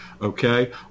Okay